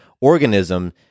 organism